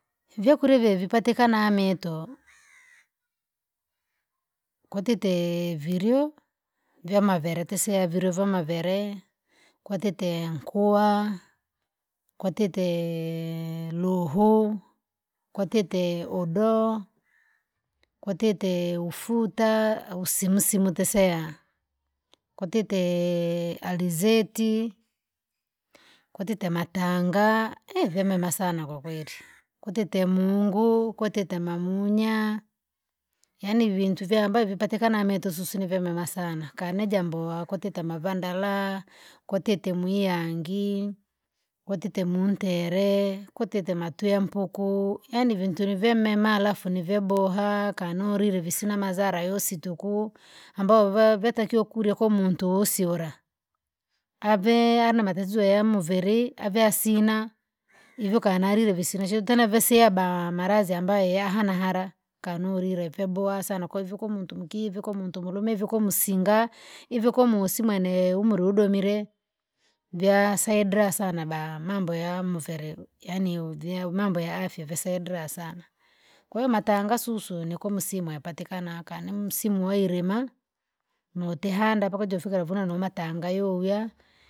vyakula veve vipatikana meto, kwa tete vyiliyoo vumavere tisio vyamavere kwa tete luhu, kwatete udoo, kwatete ufuta, usimu simu teseya. kwatete alizeti, kwatete matanga, vimema sana kwa kweili. Kutete muungu, kutete mamunya, yaani vindi ambavyo hupatikana metu susu umemea sana. Kana jambo, kwatete mwiyange, kwatete muutere, mpuku, yaani vindi vyamema halafu nivyaboha. Kanu vivina mazala yosituku. Yatakiwa kulya kwumuntu usiola. Yaani matatizo ya muviri aveasima. Hivyokanira vinavyo tena vasia ba malazi ambayo hayana haraka nulive ve boha sana. kwahivu muntu mkivo, kumuntu mulume, kumusinga. Hivyo kumusi mwene umuru domire. Vyasaidira sana da manbo ya muviri, yaani uvia, mambo ya afiya yasaidira sana. Kwahiyo matangasusu nikusimu yapatikana ka nimusimu wairima. Nutuhanda ukuje ufikeno matanga yoviya.